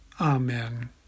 Amen